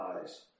eyes